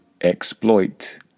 exploit